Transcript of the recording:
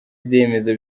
ibyemezo